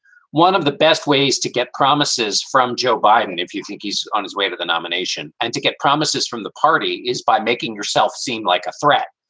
one of the best ways to get promises from joe biden, if you think he's on his way to the nomination and to get promises from the party is by making yourself seem like a threat.